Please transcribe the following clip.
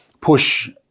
push